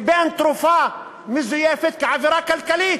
ובין תרופה מזויפת כעבירה כלכלית.